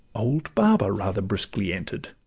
old baba rather briskly enter'd.